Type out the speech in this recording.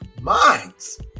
Minds